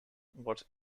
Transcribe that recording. what